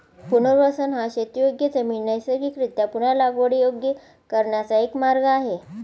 पुनर्वसन हा शेतीयोग्य जमीन नैसर्गिकरीत्या पुन्हा लागवडीयोग्य करण्याचा एक मार्ग आहे